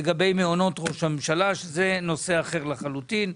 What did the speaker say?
לגבי מעונות ראש הממשלה שזה נושא אחר לחלוטין,